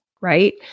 Right